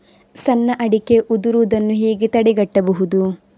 ಸಣ್ಣ ಅಡಿಕೆ ಉದುರುದನ್ನು ಹೇಗೆ ತಡೆಗಟ್ಟಬಹುದು?